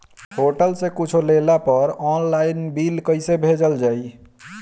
Hotel से कुच्छो लेला पर आनलाइन बिल कैसे भेजल जाइ?